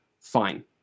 fine